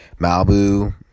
Malibu